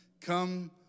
Come